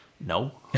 no